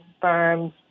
firms